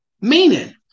Meaning